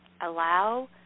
allow